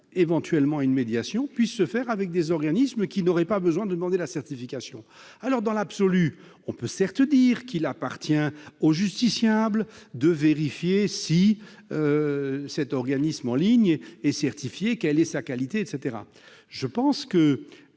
se soumettre à une médiation puisse se faire avec des organismes qui n'auraient pas besoin de demander de certification. Certes, dans l'absolu, on peut considérer qu'il appartient au justiciable de vérifier si l'organisme en ligne est certifié et quelle est sa qualité, mais vous